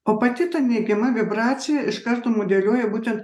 o pati ta neigiama vibracija iš karto modeliuoja būtent